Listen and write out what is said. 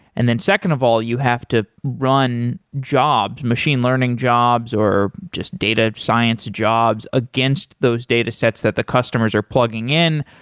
and then second of all, you have to run jobs, machine learning jobs or just data science jobs against those datasets that the customers are plugging in.